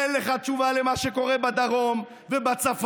אין לך תשובה למה שקורה בדרום ובצפון.